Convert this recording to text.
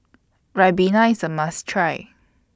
Ribena IS A must Try